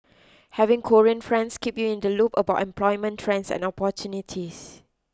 having Korean friends keep you in the loop about employment trends and opportunities